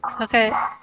okay